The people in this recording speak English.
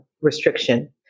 restriction